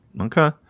Okay